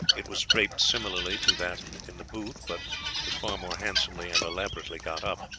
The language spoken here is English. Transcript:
it was draped similarly to that in the booth, but was far more handsomely and elaborately got up.